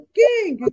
king